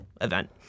event